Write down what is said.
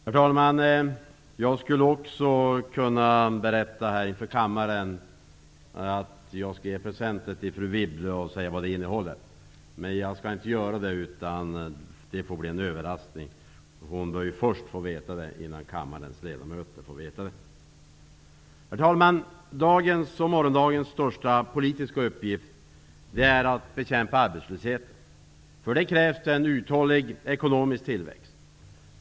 Herr talman! Också jag skulle kunna berätta för kammaren att jag skall ge presenter till fru Wibble och säga vad de innehåller. Men jag skall inte göra det, utan det får bli en överraskning. Hon bör ju först få veta det, innan kammarens ledamöter får veta det. Herr talman! Dagens och morgondagens största politiska uppgift är att bekämpa arbetslösheten. För det krävs en uthållig ekonomisk tillväxt.